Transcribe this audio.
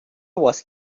was